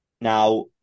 Now